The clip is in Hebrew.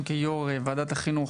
אבל גם כיו"ר ועדת החינוך,